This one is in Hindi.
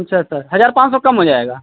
अच्छा सर हज़ार पाँच सौ कम हो जाएगा